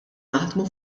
naħdmu